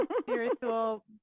spiritual